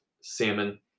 salmon